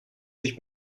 sich